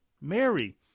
Mary